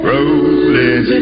Rolling